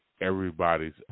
everybody's